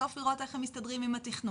בסוף לראות איך הם מסתדרים עם התכנון.